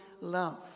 love